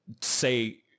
say